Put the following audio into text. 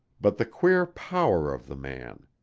but the queer power of the man!